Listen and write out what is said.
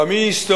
גם היא היסטורית.